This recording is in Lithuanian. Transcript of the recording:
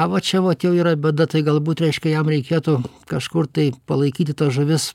a va čia vot jau yra bėda tai galbūt reiškia jam reikėtų kažkur tai palaikyti ta žuvis